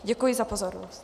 Děkuji za pozornost.